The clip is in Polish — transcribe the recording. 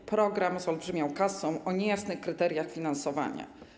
To program z olbrzymią kasą o niejasnych kryteriach finansowania.